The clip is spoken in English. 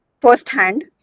first-hand